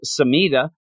Samita